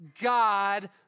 God